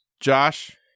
Josh